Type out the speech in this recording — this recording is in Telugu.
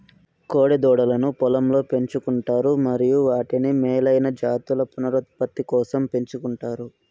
కోడె దూడలను పొలంలో పెంచు కుంటారు మరియు వాటిని మేలైన జాతుల పునరుత్పత్తి కోసం పెంచుకుంటారు